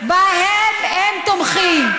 בהם הם תומכים.